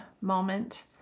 moment